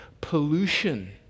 pollution